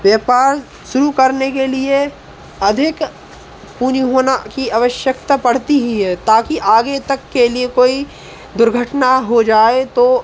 व्यापार शुरू करने के लिए अधिक पुनी होना की आवश्यकता पड़ती ही है ताकि आगे तक के लिए कोई दुर्घटना हो जाए तो